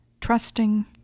trusting